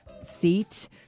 seat